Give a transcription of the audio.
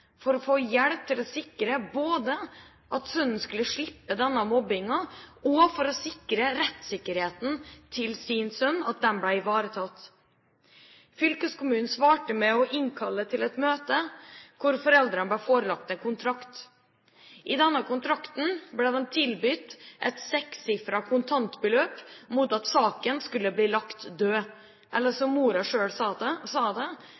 til å sikre både at sønnen skulle slippe denne mobbingen, og at rettssikkerheten hans ble ivaretatt. Fylkeskommunen svarte med å innkalle til et møte der foreldrene ble forelagt en kontrakt. I denne kontrakten ble de tilbudt et sekssifret kontantbeløp mot at saken skulle bli lagt død, eller som moren selv sa det,